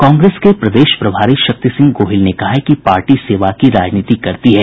कांग्रेस के प्रदेश प्रभारी शक्ति सिंह गोहिल ने कहा है कि पार्टी सेवा की राजनीति करती है